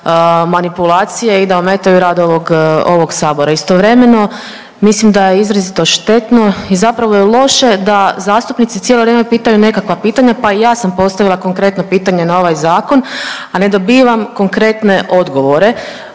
manipulacije i da ometaju rad ovog Sabora. Istovremeno, mislim da je izrazito štetno i zapravo je loše da zastupnici cijelo vrijeme pitaju nekakva pitanja, pa i ja sam postavila konkretno pitanje na ovaj Zakon, a ne dobivam konkretne odgovore